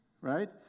right